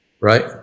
right